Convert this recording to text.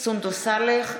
סונדוס סאלח.